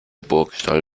burgstall